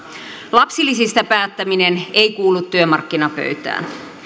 lapsilisistä päättäminen ei kuulu työmarkkinapöytään